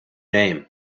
name